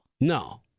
No